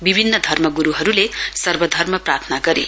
विभिन्न धर्मगरूहरूले सर्वधर्म प्रार्थना गरे